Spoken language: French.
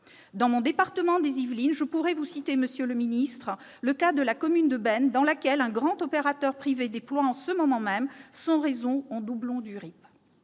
Dans mon département des Yvelines, je pourrais vous citer, monsieur le secrétaire d'État, le cas de la commune de Beynes, dans laquelle un grand opérateur privé déploie en ce moment même son réseau en doublon du RIP.